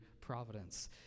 providence